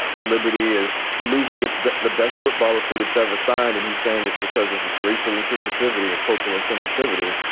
ah liberty is losing. it's the best football recruited server side. and he's saying it's because of racial insensitivity and cultural insensitivity.